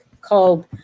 called